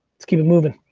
let's keep it moving.